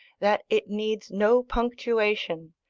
that it needs no punctuation,